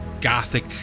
gothic